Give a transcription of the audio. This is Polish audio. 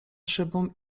szybą